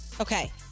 Okay